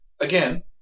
Again